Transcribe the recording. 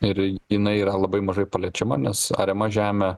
ir jinai yra labai mažai paliečiama nes ariama žemė